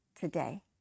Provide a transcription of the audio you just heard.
today